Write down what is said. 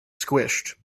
squished